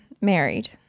married